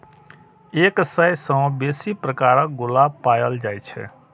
एक सय सं बेसी प्रकारक गुलाब पाएल जाए छै